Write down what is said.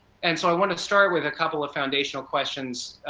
and so i want to start with a couple of foundational questions,